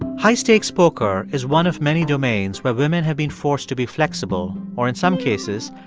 high-stakes poker is one of many domains where women have been forced to be flexible or, in some cases,